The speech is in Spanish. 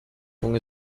con